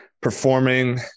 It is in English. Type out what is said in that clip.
performing